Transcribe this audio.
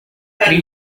three